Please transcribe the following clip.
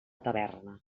taverna